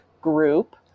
group